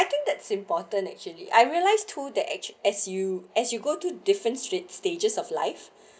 I think that's important actually I realised to the edge as you as you go to different street stages of life